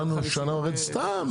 דנו שנה וחצי סתם,